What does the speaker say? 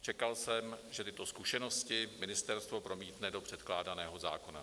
Čekal jsem, že tyto zkušenosti ministerstvo promítne do předkládaného zákona.